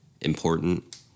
Important